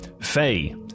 Faye